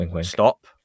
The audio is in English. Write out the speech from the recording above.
stop